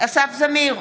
אסף זמיר,